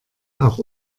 auch